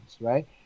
right